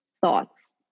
thoughts